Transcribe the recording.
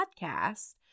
podcast